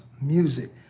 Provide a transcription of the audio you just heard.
music